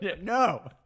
No